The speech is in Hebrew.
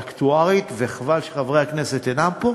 אקטוארית, וחבל שחברי הכנסת אינם פה,